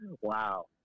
wow